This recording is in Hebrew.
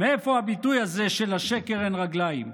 מאיפה הביטוי הזה שלשקר אין רגליים?